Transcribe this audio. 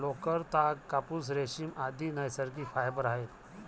लोकर, ताग, कापूस, रेशीम, आदि नैसर्गिक फायबर आहेत